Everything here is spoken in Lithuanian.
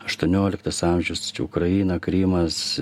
aštuonioliktas amžius ukraina krymas